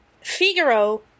Figaro